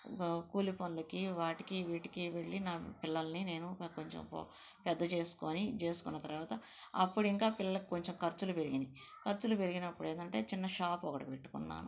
కూలిపనులకి వాటికి వీటికి వెళ్ళి నా పిల్లల్ని నేను కొంచెం పెద్ద చేసుకుని ఇది చేసుకున్న తర్వాత అప్పుడు ఇంకా పిల్లలకి కొంచెం ఖర్చులు పెరిగినాయి ఖర్చులు పెరిగినప్పుడు ఏంటంటే చిన్న షాప్ ఒకటి పెట్టుకున్నాను